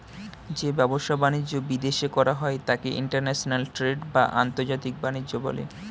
যে ব্যবসা বাণিজ্য বিদেশে করা হয় তাকে ইন্টারন্যাশনাল ট্রেড বা আন্তর্জাতিক বাণিজ্য বলে